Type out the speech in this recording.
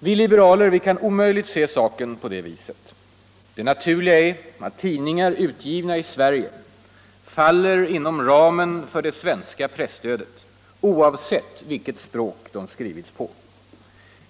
Vi liberaler kan omöjligen se saken på det viset. Det naturliga är att tidningar utgivna i Sverige faller inom ramen för det svenska presstödet oavsett vilket språk de har skrivits på.